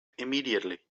immediately